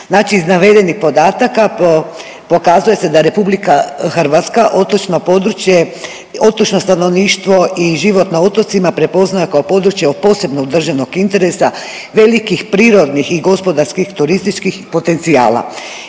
znači iz navedenih podataka pokazuje se da RH otočno područje, otočno stanovništvo i život na otocima prepoznaje kao područje od posebnog državnog interesa, velikih prirodnih i gospodarskih, turističkih potencijala.